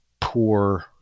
poor